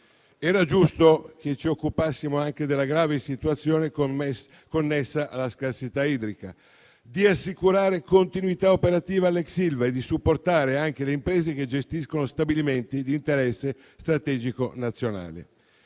Era giusto che ci occupassimo anche della grave situazione connessa alla scarsità idrica, di assicurare continuità operativa all'ex Ilva e di supportare le imprese che gestiscono stabilimenti di interesse strategico nazionale.